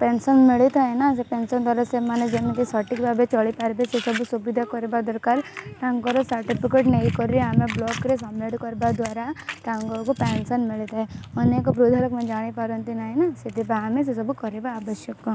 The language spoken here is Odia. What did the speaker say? ପେନ୍ସନ୍ ମିଳିଥାଏ ନା ସେ ପେନ୍ସନ୍ ଦ୍ୱାରା ସେମାନେ ଯେମିତି ସଠିକ୍ ଭାବେ ଚଳିପାରିବେ ସେ ସବୁ ସୁବିଧା କରିବା ଦରକାର ତାଙ୍କର ସାର୍ଟିଫିକେଟ୍ ନେଇକରି ଆମେ ବ୍ଲକ୍ରେ ସବ୍ମିଟ୍ କରିବା ଦ୍ୱାରା ତାଙ୍କଙ୍କୁ ପେନସନ୍ ମିଳିଥାଏ ଅନେକ ବୃଦ୍ଧ ଲୋକମାନେ ଜାଣିପାରନ୍ତି ନାହିଁ ନା ସେଥିପାଇଁ ଆମେ ସେ ସବୁ କରିବା ଆବଶ୍ୟକ